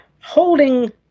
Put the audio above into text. holding